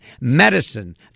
medicine